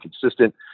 consistent